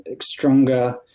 stronger